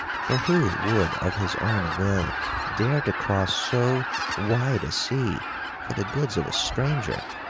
for who would of his own will dare to cross so wide a sea for the goods of a stranger?